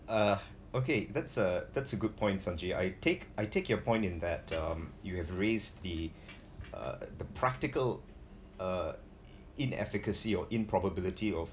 uh okay that's a that's a good point sonji I take I take your point in that um you have raised the uh the practical uh inefficiency or improbability of